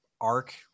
arc